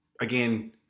again